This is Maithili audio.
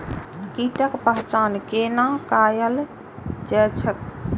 कीटक पहचान कैना कायल जैछ?